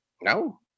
No